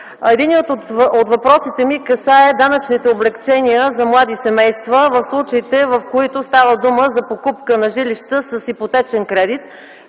Единият от въпросите ми касае данъчните облекчения за млади семейства в случаите, когато става дума за покупка на жилища с ипотечен кредит.